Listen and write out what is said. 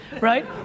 right